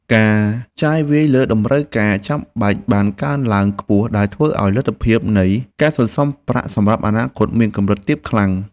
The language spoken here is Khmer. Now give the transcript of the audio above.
ការចាយវាយលើតម្រូវការចាំបាច់បានកើនឡើងខ្ពស់ដែលធ្វើឱ្យលទ្ធភាពនៃការសន្សំប្រាក់សម្រាប់អនាគតមានកម្រិតទាបខ្លាំង។